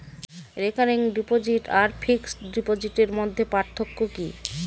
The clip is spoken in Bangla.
রেকারিং ডিপোজিট আর ফিক্সড ডিপোজিটের মধ্যে পার্থক্য কি?